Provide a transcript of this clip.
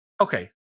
Okay